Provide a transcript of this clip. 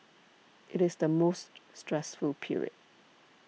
it is the most stressful period